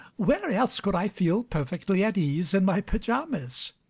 where else could i feel perfectly at ease in my pyjamas?